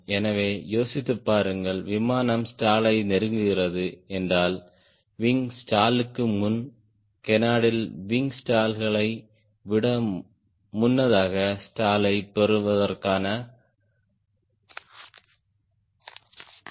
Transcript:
எனவே யோசித்துப் பாருங்கள் விமானம் ஸ்டாலை நெருங்குகிறது என்றால் விங் ஸ்டாலுக்கு முன் கேனார்ட்ல் விங் ஸ்டால்களை விட முன்னதாக ஸ்டாலைப் பெறுவதற்கான சமிக்ஞையைத் தரும்